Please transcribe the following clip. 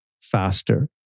faster